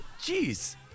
Jeez